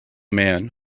man